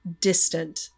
distant